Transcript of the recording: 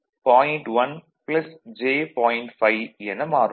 5 என மாறும்